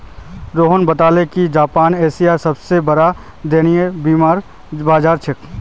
रोहित बताले कि जापान एशियार सबसे बड़ा दायित्व बीमार बाजार छे